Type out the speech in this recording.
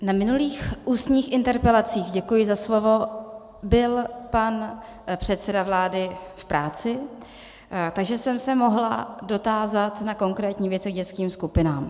Na minulých ústních interpelacích děkuji za slovo byl pan předseda vlády v práci, takže jsem se mohla dotázat na konkrétní věci k dětským skupinám.